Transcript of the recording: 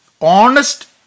Honest